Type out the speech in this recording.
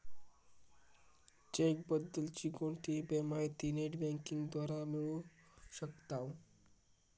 check बद्दल ची कोणतीही माहिती नेट बँकिंग द्वारा मिळू शकताव